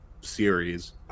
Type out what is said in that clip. series